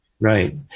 Right